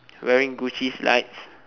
wearing gucci slides